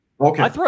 okay